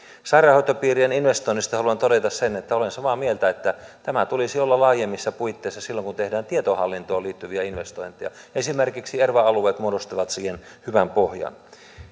sairaanhoitopiirien investoinneista haluan todeta sen että olen samaa mieltä että tämän tulisi olla laajemmissa puitteissa silloin kun tehdään tietohallintoon liittyviä investointeja esimerkiksi erva alueet muodostavat siihen hyvä pohjan